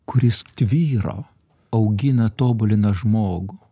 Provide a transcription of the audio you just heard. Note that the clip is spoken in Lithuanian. kuris tvyro augina tobulina žmogų